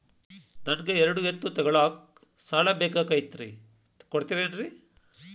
ನನಗ ಎರಡು ಎತ್ತು ತಗೋಳಾಕ್ ಸಾಲಾ ಬೇಕಾಗೈತ್ರಿ ಕೊಡ್ತಿರೇನ್ರಿ?